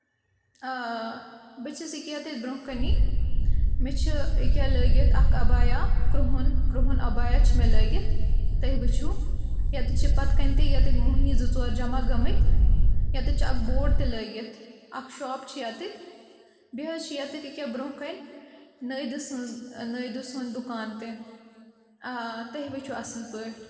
آ بہٕ چھَس ییٚکیاہ ییٚتیتھ برونٛہہ کَنی مےٚ چھِ ییٚکیاہ لٲگِتھ اَکھ اَبیا کرہُن کرٛہُن اَبایہ چھِ مےٚ لٲگِتھ تُہۍ وٕچھِو ییٚتیٚتھ چھِ پَتہٕ کٔنۍ تہِ ییٚتہِ موہنی زٕ ژور جَمَع گٔمٕتۍ ییٚتیٚتھ چھِ اَکھ بوڑ تہِ لٲگِتھ اَکھ شاپ چھِ یَتہِ بیٚیہِ حظ چھِ ییٚتہِ ییٚکیٛاہ برونٛہہ کَنہِ نٲیدٕ سُنٛد نٲیدٕ سٕنٛز دُکان تہِ آ تُہۍ وٕچھِو اَصٕل پٲٹھۍ